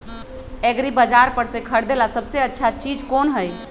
एग्रिबाजार पर से खरीदे ला सबसे अच्छा चीज कोन हई?